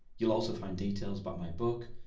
you'll also find details about my book,